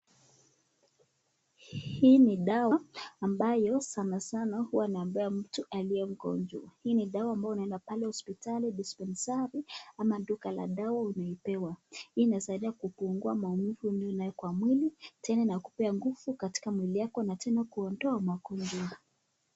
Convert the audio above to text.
Hii ni dawa ambayo sanasana huwa napea mtu mgonjwa. Hii ni dawa ambayo unaenda hospitali, dispensari ama duka la dawa unapewa. Hii inasaidia kupungua maumivu uliyo nayo kwa mwili tena inakupea nguvu kwa mwili yako na pia kuondoa magonjwa.